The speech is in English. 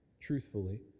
truthfully